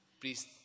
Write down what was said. Please